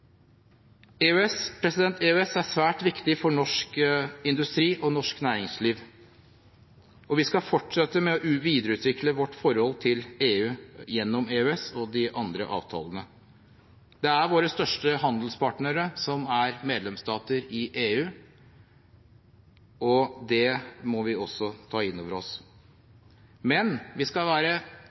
EØS er svært viktig for norsk industri og norsk næringsliv, og vi skal fortsette med å videreutvikle vårt forhold til EU gjennom EØS og de andre avtalene. Det er våre største handelspartnere som er medlemsstater i EU, og det må vi også ta inn over oss. Men vi skal være